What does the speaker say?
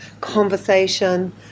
conversation